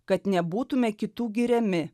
kad nebūtume kitų giriami